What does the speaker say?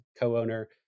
co-owner